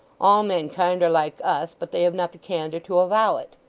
all mankind are like us, but they have not the candour to avow it